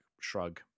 shrug